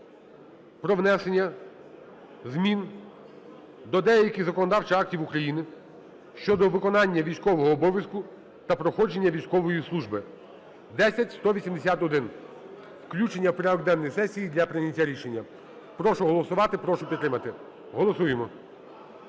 про внесення змін до деяких законодавчих актів України (щодо виконання військового обов'язку та проходження військової служби) (10181). Включення в порядок денний сесії для прийняття рішення. Прошу голосувати. Прошу підтримати. Голосуємо.